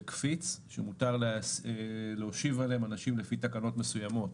קפיץ שמותר להושיב עליהם אנשים לפי תקנות מסוימות.